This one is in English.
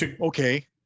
okay